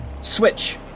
Switch